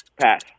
Pass